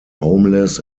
homeless